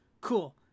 cool